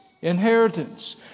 inheritance